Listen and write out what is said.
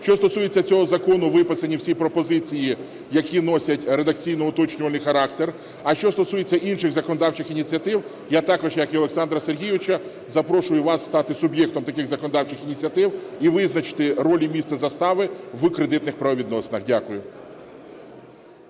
Що стосується цього закону, виписані в цій пропозиції, які носять редакційно-уточнювальний характер. А що стосується інших законодавчих ініціатив, я також, як і Олександра Сергійовича, запрошую вас стати суб'єктом таких законодавчих ініціатив і визначити роль і місце застави в кредитних правовідносинах. Дякую.